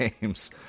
games